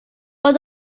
what